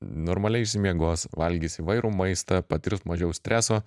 normaliai išsimiegos valgys įvairų maistą patirs mažiau streso